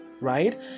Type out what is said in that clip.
right